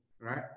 right